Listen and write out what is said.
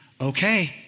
okay